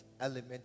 element